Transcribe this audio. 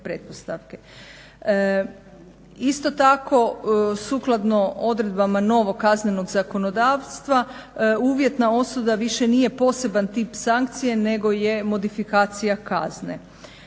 Isto tako sukladno odredbama novog kaznenog zakonodavstva uvjetna osuda više nije poseban tip sankcije nego je modifikacija kazne.